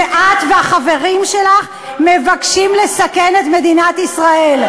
את והחברים שלך מבקשים לסכן את מדינת ישראל.